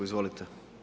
Izvolite.